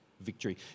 victory